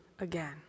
again